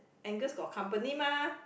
Angus got company mah